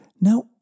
Now